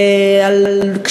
על חוסר ההשתתפות,